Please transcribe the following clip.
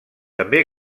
també